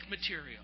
material